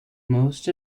most